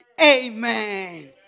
Amen